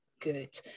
good